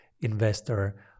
Investor